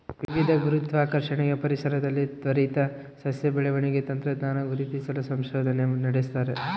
ವಿವಿಧ ಗುರುತ್ವಾಕರ್ಷಣೆಯ ಪರಿಸರದಲ್ಲಿ ತ್ವರಿತ ಸಸ್ಯ ಬೆಳವಣಿಗೆ ತಂತ್ರಜ್ಞಾನ ಗುರುತಿಸಲು ಸಂಶೋಧನೆ ನಡೆಸ್ತಾರೆ